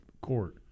court